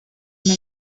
many